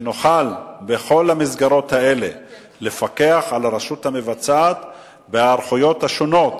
שנוכל בכל המסגרות האלה לפקח על הרשות המבצעת בהיערכויות השונות,